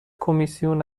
کمیسیون